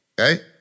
Okay